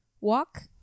walk